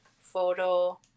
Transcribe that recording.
photo